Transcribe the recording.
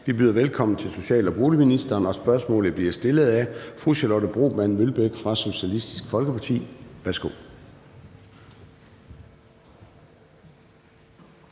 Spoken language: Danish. Vi byder velkommen til social- og boligministeren, og spørgsmålet bliver stillet af fru Charlotte Broman Mølbæk fra Socialistisk Folkeparti. Kl.